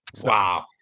Wow